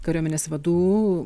kariuomenės vadų